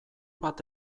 bat